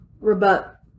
rebut